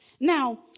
Now